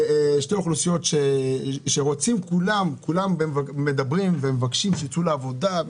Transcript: שתי אוכלוסיות שרוצים כולם כולם ומדברים ומבקשים שיצאו לעבודה,